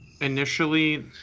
initially